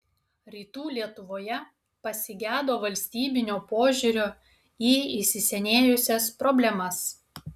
rytų lietuvoje pasigedo valstybinio požiūrio į įsisenėjusias problemas